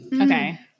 Okay